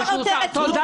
זו